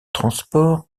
transports